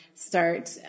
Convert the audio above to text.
start